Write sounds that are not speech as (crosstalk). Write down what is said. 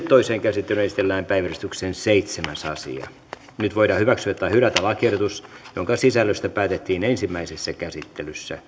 (unintelligible) toiseen käsittelyyn esitellään päiväjärjestyksen seitsemäs asia nyt voidaan hyväksyä tai hylätä lakiehdotus jonka sisällöstä päätettiin ensimmäisessä käsittelyssä